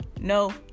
no